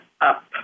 up